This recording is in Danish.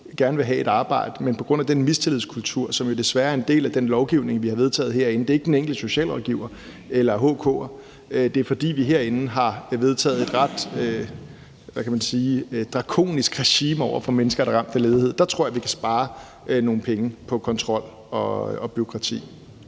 gerne vil have et arbejde. Der er den her mistillidskultur, som desværre er en del af den lovgivning, vi har vedtaget herinde. Det er ikke den enkelte socialrådgiver eller HK'er, men det er, fordi vi herinde har vedtaget et, hvad kan man sige, ret drakonisk regime over for mennesker, der er ramt af ledighed. Der tror jeg at vi kan spare nogle penge på kontrol og bureaukrati.